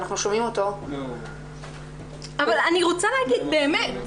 אבל אני רוצה להגיד, באמת.